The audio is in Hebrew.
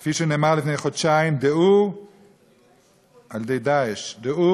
כפי שנאמר לפני חודשיים על-ידי "דאעש": דעו